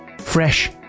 fresh